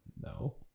No